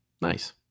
Nice